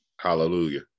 Hallelujah